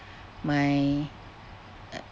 my uh